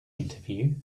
interview